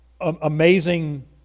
amazing